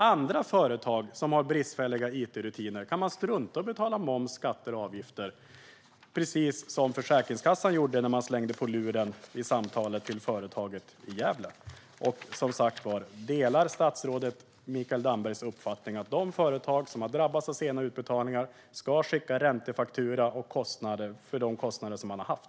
Kan andra företag som har bristfälliga it-rutiner strunta i att betala moms, skatter och avgifter, precis som Försäkringskassan gjorde när man slängde på luren vid samtalet med företaget i Gävle? Som sagt: Delar statsrådet Mikael Dambergs uppfattning att de företag som har drabbats av sena utbetalningar ska fakturera ränta och de kostnader som man har haft?